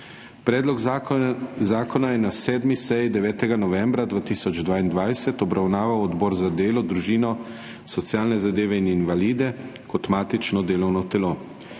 Predlog zakona je na 7. seji 9. novembra 2022 obravnaval Odbor za delo, družino, socialne zadeve in invalide kot matično delovno telo.